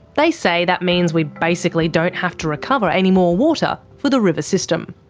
they say that means we basically don't have to recover any more water for the river system.